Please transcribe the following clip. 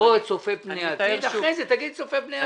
לא הצופה פני עתיד, אחרי זה תגיד הצופה פני עתיד.